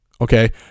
Okay